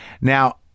Now-